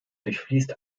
durchfließt